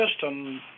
system